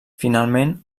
finalment